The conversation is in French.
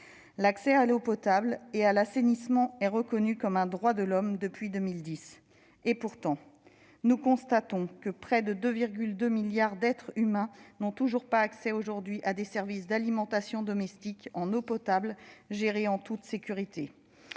L'accès à l'eau potable et à l'assainissement est reconnu comme un droit de l'homme depuis 2010. Pourtant, près de 2,2 milliards d'êtres humains n'ont toujours pas accès aujourd'hui à des services d'alimentation domestique en eau potable gérés en toute sécurité